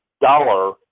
dollar